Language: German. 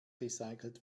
recycelt